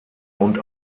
und